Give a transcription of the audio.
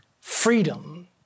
freedom